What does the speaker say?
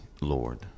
Lord